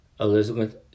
Elizabeth